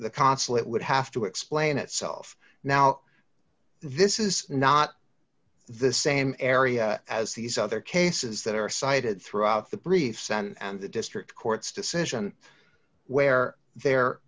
the consulate would have to explain itself now this is not the same area as these other cases that are cited throughout the briefs and the district court's decision where the